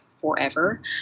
forever